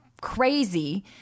crazy